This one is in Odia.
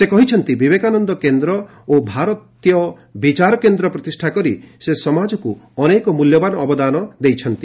ସେ କହିଛନ୍ତି ବିବେକାନନ୍ଦ କେନ୍ଦ୍ର ଓ ଭାରତୀୟ ବିଚାରକେନ୍ଦ୍ର ପ୍ରତିଷ୍ଠା କରି ସେ ସମାଜକୁ ଅନେକ ମୂଲ୍ୟବାନ ଅବଦାନ କରିଛନ୍ତି